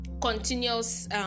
Continuous